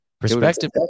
perspective